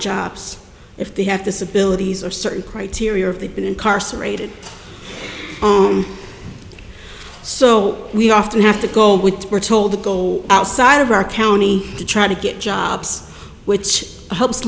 jobs if they have this ability or certain criteria of the been incarcerated so we often have to go with we're told to go outside of our county to try to get jobs which helps